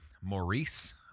Maurice